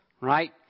right